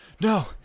No